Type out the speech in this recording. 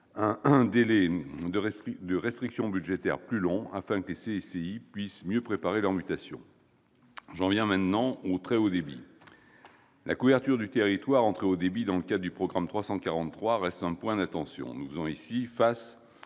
un délai de restriction budgétaire plus long, afin que les CCI puissent mieux préparer leur mutation. J'en viens maintenant au très haut débit. La couverture du territoire en très haut débit, dans le cadre du programme 343, reste un point d'attention. En la matière,